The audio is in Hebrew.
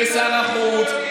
שר החוץ,